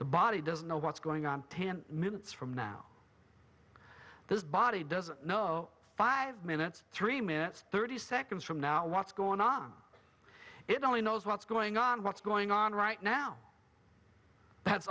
the body doesn't know what's going on him minutes from now this body doesn't know five minutes three minutes thirty seconds from now what's going on it only knows what's going on what's going on right now that's